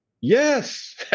Yes